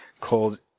called